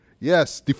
Yes